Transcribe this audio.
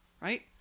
Right